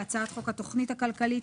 להצעת חוק התוכנית הכלכלית,